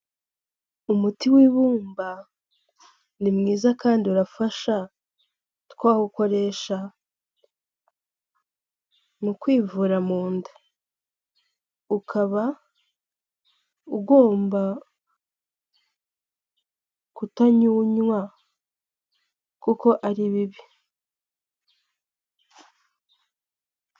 Umuti w'ibumba ni mwiza kandi urafasha, twawukoresha mu kwivura mu nda; ukaba ugomba kutanyunywa, kuko ari bibi.